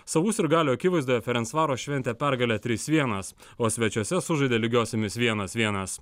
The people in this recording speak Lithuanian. savų sirgalių akivaizdoje ferensvaro šventė pergalę trys vienas o svečiuose sužaidė lygiosiomis vienas vienas